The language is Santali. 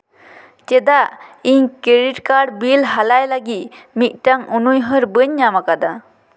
ᱪᱮᱫᱟᱜ ᱤᱧ ᱠᱨᱮᱰᱤᱴ ᱠᱟᱨᱰ ᱵᱤᱞ ᱦᱟᱞᱟᱭ ᱞᱟᱹᱜᱤᱫ ᱢᱤᱫᱴᱟᱝ ᱩᱱᱩᱭᱦᱟᱹᱨ ᱵᱟᱹᱧ ᱧᱟᱢᱟᱠᱟᱫᱟ